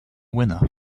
winner